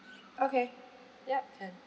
okay ya can